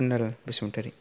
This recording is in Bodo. खुनाल बसुमातारि